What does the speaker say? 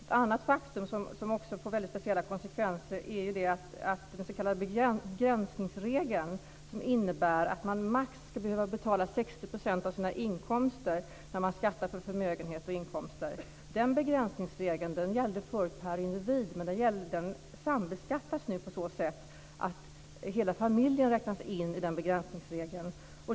Ett annat faktum får också väldigt speciella konsekvenser. Den s.k. begränsningsregeln, som innebär att man maximalt ska behöva betala 60 % av sina inkomster när man skattar för förmögenhet och inkomster, gällde förut per individ, men nu sker en sambeskattning på så sätt att hela familjen räknas in i begränsningsregeln.